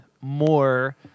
more